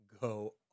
go